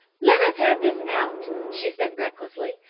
let us have this out, she said recklessly.